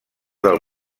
del